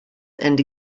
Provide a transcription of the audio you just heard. and